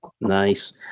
Nice